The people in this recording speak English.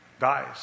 dies